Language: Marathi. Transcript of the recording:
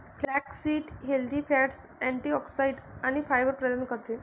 फ्लॅक्ससीड हेल्दी फॅट्स, अँटिऑक्सिडंट्स आणि फायबर प्रदान करते